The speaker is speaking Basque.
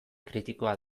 kritikoa